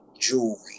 jewelry